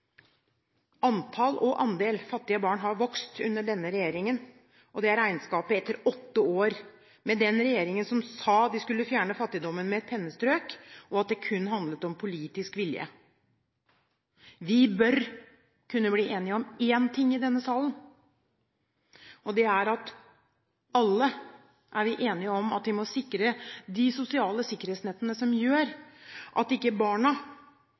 Antall og andel fattige barn har vokst under denne regjeringen – det er regnskapet etter åtte år med den regjeringen som sa de skulle fjerne fattigdommen med et pennestrøk, og at det kun handlet om politisk vilje. Vi bør kunne bli enige om én ting i denne salen, og det er at vi må sikre de sosiale sikkerhetsnettene som gjør at ikke barna som vokser opp i lavinntektsfamiliene, kan lastes på noen måte for det,